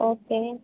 okay